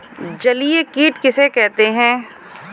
जलीय कीट किसे कहते हैं?